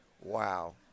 Wow